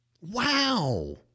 Wow